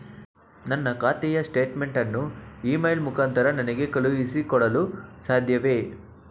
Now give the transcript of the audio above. ನನ್ನ ಖಾತೆಯ ಸ್ಟೇಟ್ಮೆಂಟ್ ಅನ್ನು ಇ ಮೇಲ್ ಮುಖಾಂತರ ನನಗೆ ಕಳುಹಿಸಿ ಕೊಡಲು ಸಾಧ್ಯವೇ?